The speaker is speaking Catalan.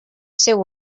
seu